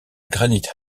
granite